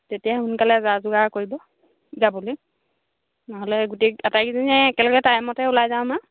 তেতিয়াই সোনকালে যা যোগাৰ কৰিব যাবলৈ নহ'লে গোটেই আটাইকেইজনীয়ে একেলগে টাইমতে ওলাই যাম আৰু